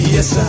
Yes